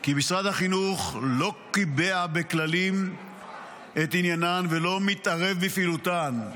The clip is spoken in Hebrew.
כי משרד החינוך לא קיבע בכללים את עניינן ולא מתערב בפעילותן.